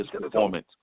performance